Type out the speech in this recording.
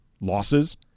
losses